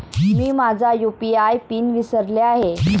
मी माझा UPI pin विसरले आहे